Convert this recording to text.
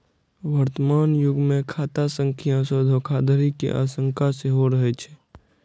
वर्तमान युग मे खाता संख्या सं धोखाधड़ी के आशंका सेहो रहै छै